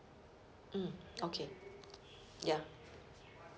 mm okay ya